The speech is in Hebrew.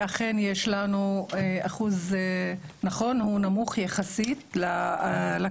ואכן יש לנו אחוז, נכון הוא נמוך יחסית לכלל,